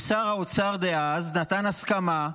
שר האוצר דאז נתן הסכמה,